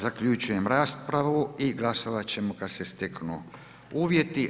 Zaključujem raspravu i glasovat ćemo kada se steknu uvjeti.